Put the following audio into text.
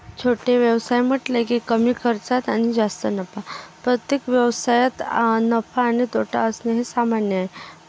छोटे व्यवसाय म्हटले की कमी खर्चात आणि जास्त नफा प्रत्येक व्यवसायात नफा आणि तोटा असणे हे सामान्य आहे